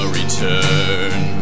return